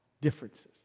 differences